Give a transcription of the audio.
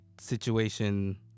situation